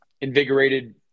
invigorated